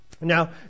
Now